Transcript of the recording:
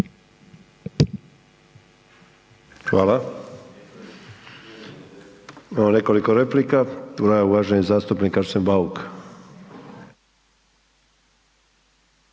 Hvala. Imamo nekoliko replika. Prva je uvaženi zastupnik Arsen Bauk.